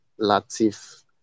Latif